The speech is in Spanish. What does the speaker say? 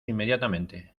inmediatamente